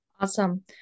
Awesome